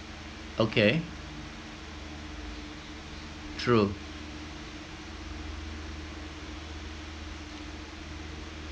okay true